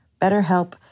BetterHelp